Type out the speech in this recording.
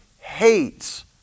hates